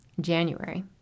January